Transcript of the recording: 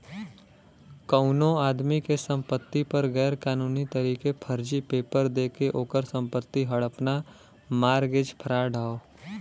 कउनो आदमी के संपति पर गैर कानूनी तरीके फर्जी पेपर देके ओकर संपत्ति हड़पना मारगेज फ्राड हौ